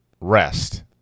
rest